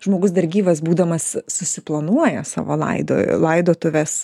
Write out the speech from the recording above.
žmogus dar gyvas būdamas susiplanuoja savo laido laidotuves